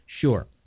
Sure